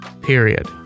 period